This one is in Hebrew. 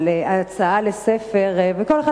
על ה"הצעה לספר" וכל אחד,